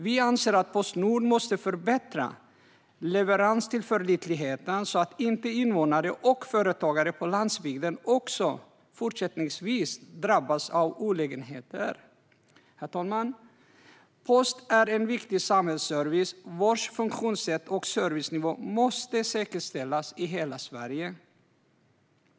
Vi anser att Postnord måste förbättra leveranstillförlitligheten, så att inte invånare och företagare på landsbygden också fortsättningsvis drabbas av olägenheter. Herr talman! Postservice är en viktig samhällsservice. Funktionssättet och servicenivån måste säkerställas i hela Sverige.